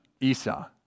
Esau